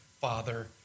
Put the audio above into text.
father